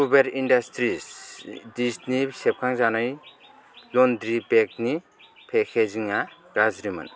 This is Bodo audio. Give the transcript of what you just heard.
कुबेर इन्डास्ट्रिज डिजनि सेबखांजानाय लन्द्रि बेगनि पेकेजिंआ गाज्रिमोन